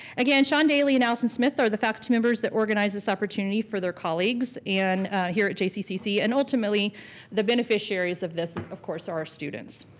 again, sean daley and allison smith are the faculty members that organized this opportunity for their colleagues and here at jccc and ultimately the beneficiaries of this, of course, are our students.